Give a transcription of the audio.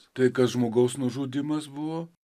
tai kas žmogaus nužudymas buvo